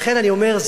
לכן אני אומר,